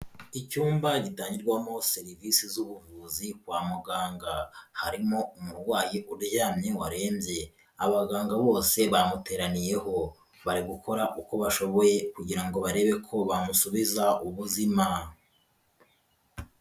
Icyumba gitangirwamo serivisi z'ubuvuzi kwa muganga, harimo umurwayi uryamye warembye, abaganga bose bamuteraniyeho, bari gukora uko bashoboye kugira ngo barebe ko bamusubiza ubuzima.